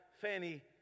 Fanny